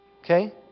okay